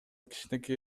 кичинекей